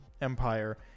Empire